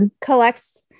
Collects